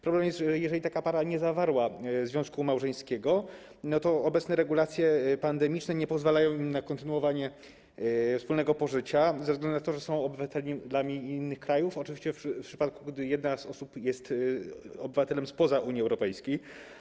Problem polega na tym, że jeżeli taka para nie zawarła związku małżeńskiego, to obecne regulacje pandemiczne nie pozwalają tym osobom na kontynuowanie wspólnego pożycia ze względu na to, że są obywatelami innych krajów, oczywiście w przypadku gdy jedna z osób jest obywatelem spoza Unii Europejskiej.